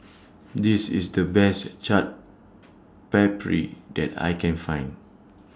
This IS The Best Chaat Papri that I Can Find